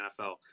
NFL